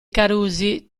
carusi